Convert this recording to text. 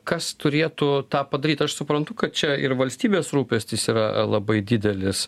kas turėtų tą padaryt aš suprantu kad čia ir valstybės rūpestis yra labai didelis